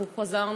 אנחנו חזרנו,